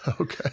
Okay